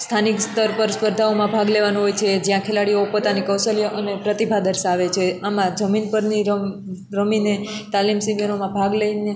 સ્થાનિક સ્તર પર સ્પર્ધાઓમાં ભાગ લેવાનો હોય છે જ્યાં ખેલાડીઓ પોતાની કૌશલ્ય અને પ્રતિભા દર્શાવે છે આમાં જમીન પરની રમ રમીને તાલીમ શિબીરોમાં ભાગ લઈને